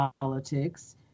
politics